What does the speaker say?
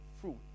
fruit